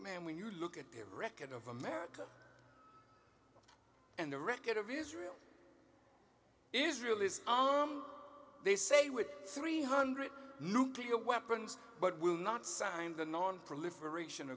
man when you look at their record of america and the record of israel israel is they say with three hundred nuclear weapons but will not sign the nonproliferation